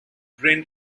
bryn